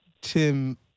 Tim